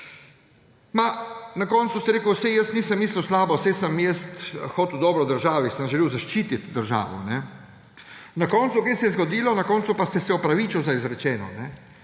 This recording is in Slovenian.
Na koncu ste rekli, saj jaz nisem mislil slabo, saj sem jaz hotel dobro državi, sem želel zaščititi državo. Na koncu, kaj se je zgodilo? Na koncu pa ste se opravičili za izrečeno.